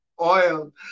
oil